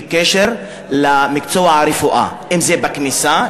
בקשר למקצוע הרפואה: אם זה בכניסה,